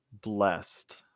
blessed